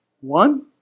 one